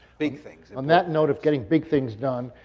big things. on that note of getting big things done,